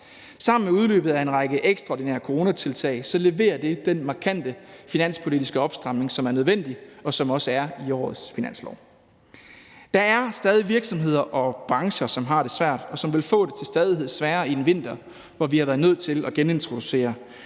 Sammen med udløbet af en række ekstraordinære coronatiltag leverer det den markante finanspolitiske opstramning, som er nødvendig, og som også er i årets finanslov. Der er stadig virksomheder og brancher, som har det svært, og som til stadighed vil få det sværere i en vinter, hvor vi har været nødt til at genintroducere